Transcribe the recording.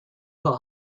will